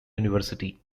university